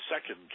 second